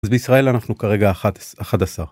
בישראל אנחנו כרגע 11.